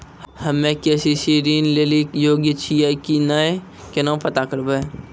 हम्मे के.सी.सी ऋण लेली योग्य छियै की नैय केना पता करबै?